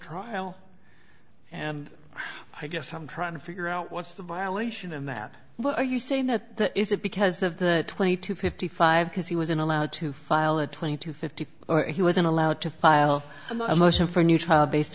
trial and i guess i'm trying to figure out what's the violation in that but are you saying that is it because of the twenty to fifty five because he was in allowed to file a twenty two fifty or he wasn't allowed to file a motion for a new trial based